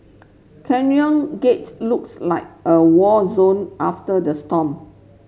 Canyon Gates looks like a war zone after the storm